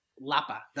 Lapa